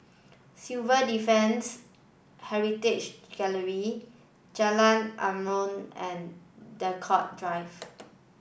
Civil Defence Heritage Gallery Jalan Aruan and Draycott Drive